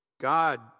God